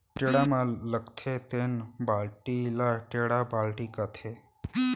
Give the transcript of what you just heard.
टेड़ा म लगथे तेन बाल्टी ल टेंड़ा बाल्टी कथें